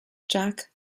jack